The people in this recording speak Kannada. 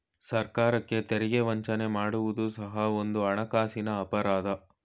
ಸರ್ಕಾರಕ್ಕೆ ತೆರಿಗೆ ವಂಚನೆ ಮಾಡುವುದು ಸಹ ಒಂದು ಹಣಕಾಸಿನ ಅಪರಾಧ